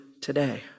today